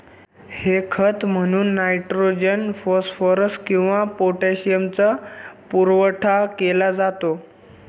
हे खत म्हणून नायट्रोजन, फॉस्फरस किंवा पोटॅशियमचा पुरवठा केला जातो